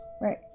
Right